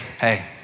hey